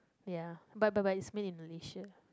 ya but but but is made in Malaysia